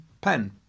pen